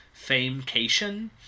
Famecation